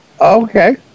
Okay